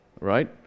right